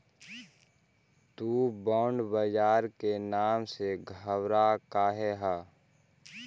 तु बॉन्ड बाजार के नाम से घबरा काहे ह?